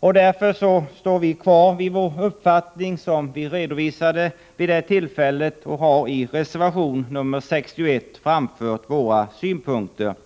Därför har vi fortfarande den uppfattning som vi redovisade vid detta tillfälle, och vi har i reservation 61 framfört våra synpunkter.